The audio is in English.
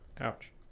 Ouch